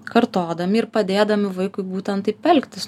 kartodami ir padėdami vaikui būtent taip elgtis